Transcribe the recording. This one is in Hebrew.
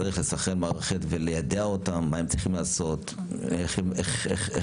צריך לסנכרן את המערכת וליידע אותה מה צריך לעשות ואיך מטפלים.